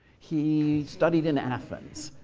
he studied in athens.